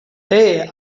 hey